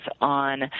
on